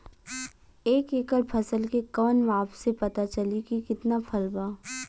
एक एकड़ फसल के कवन माप से पता चली की कितना फल बा?